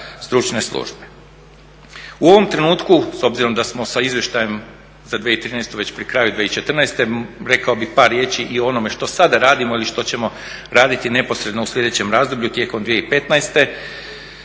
U ovom trenutku s obzirom da smo sa izvještajem za 2013. već pri kraju 2014. rekao bih par riječi i onome što sada radimo ili što ćemo raditi neposredno u slijedećem razdoblju tijekom 2015.